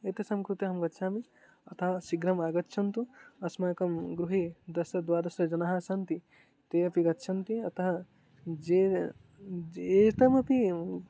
एतेषां कृते अहं गच्छामि अतः शीघ्रम् आगच्छन्तु अस्माकं गृहे दश द्वादश जनाः सन्ति ते अपि गच्छन्ति अतः ज्येष्ठाः ज्येष्ठाः अपि एवं